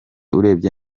urebye